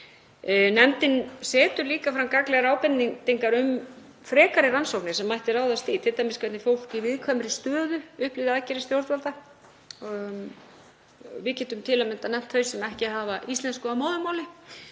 Nefndin setur líka fram gagnlegar ábendingar um frekari rannsóknir sem mætti ráðast í, t.d. hvernig fólk í viðkvæmri stöðu upplifði aðgerðir stjórnvalda. Við getum til að mynda nefnt þau sem ekki hafa íslensku að móðurmáli.